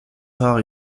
rares